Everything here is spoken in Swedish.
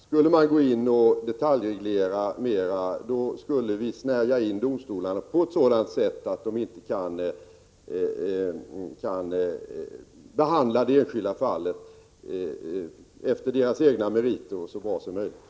Skulle man gå in och detaljreglera mera skulle domstolarna snärjas in på ett sådant sätt att de inte kan behandla det enskilda fallet efter egna meriter och så bra som möjligt.